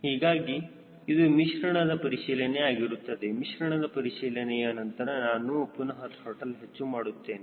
ಹೀಗಾಗಿ ಇದು ಮಿಶ್ರಣದ ಪರಿಶೀಲನೆ ಆಗಿರುತ್ತದೆ ಮಿಶ್ರಣದ ಪರಿಶೀಲನೆಯ ನಂತರ ನಾನು ಪುನಹ ತ್ರಾಟಲ್ ಹೆಚ್ಚು ಮಾಡುತ್ತೇನೆ